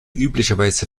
üblicherweise